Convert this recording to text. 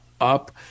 up